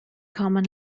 common